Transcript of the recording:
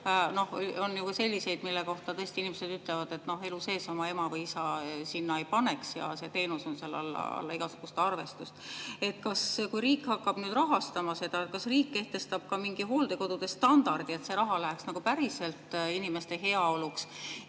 ka selliseid, mille kohta inimesed ütlevad, et elu sees oma ema või isa sinna ei paneks, teenus on seal allpool igasugust arvestust. Kui riik hakkab nüüd seda [teenust] rahastama, siis kas riik kehtestab ka mingi hooldekodude standardi, et see raha läheks nagu päriselt inimeste heaoluks,